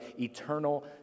eternal